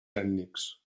ètnics